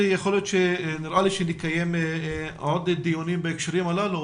נראה לי שנקיים עוד דיונים בהקשרים הללו,